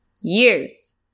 Years